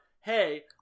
hey